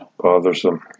bothersome